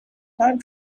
time